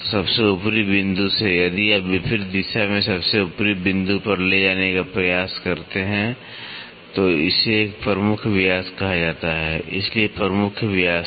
तो सबसे ऊपरी बिंदु से यदि आप विपरीत दिशा में सबसे ऊपरी बिंदु पर ले जाने का प्रयास करते हैं तो इसे एक प्रमुख व्यास कहा जाता है इसलिए प्रमुख व्यास